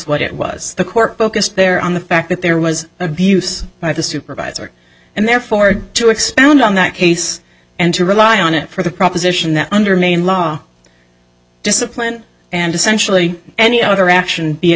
what it was the court focused there on the fact that there was abuse by the supervisor and therefore to expound on that case and to rely on it for the proposition that under maine law discipline and essentially any other action be